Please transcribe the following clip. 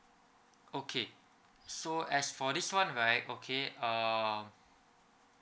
okay so as for this one right okay um